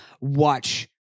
watch